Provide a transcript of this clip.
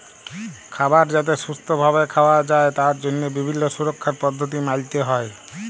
খাবার যাতে সুস্থ ভাবে খাওয়া যায় তার জন্হে বিভিল্য সুরক্ষার পদ্ধতি মালতে হ্যয়